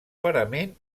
parament